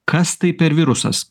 kas tai per virusas